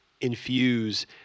infuse